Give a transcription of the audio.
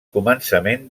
començament